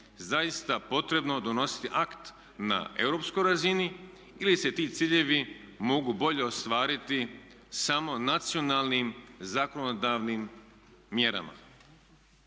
zaista potrebno donositi akt na europskoj razini ili se ti ciljevi mogu bolje ostvariti samo nacionalnim zakonodavnim mjerama.